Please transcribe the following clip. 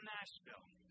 Nashville